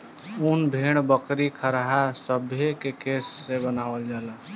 उन भेड़, बकरी, खरहा सभे के केश से बनावल जाला